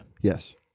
Yes